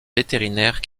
vétérinaires